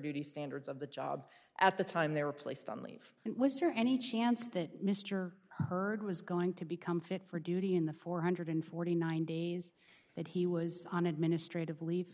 duty standards of the job at the time they were placed on leave and was there any chance that mr hurd was going to become fit for duty in the four hundred forty nine days that he was on administrative leave